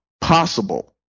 possible